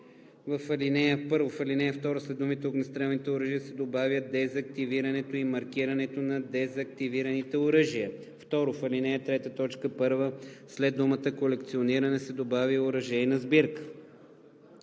В ал. 2 след думите „огнестрелните оръжия“ се добавя „дезактивирането и маркирането на дезактивираните оръжия“. 2. В ал. 3, т. 1 след думата „колекциониране“ се добавя „и оръжейна сбирка“.“